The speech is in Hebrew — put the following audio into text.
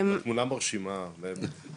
אז קודם כל, מדובר בהתמכרות